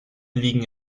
liegen